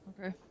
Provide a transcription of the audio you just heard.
Okay